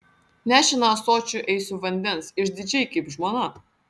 nešina ąsočiu eisiu vandens išdidžiai kaip žmona